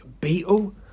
Beetle